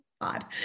odd